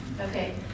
Okay